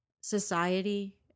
society